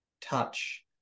touch